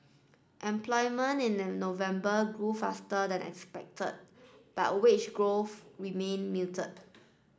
employment in the November grew faster than expected but wage growth remained muted